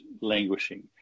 languishing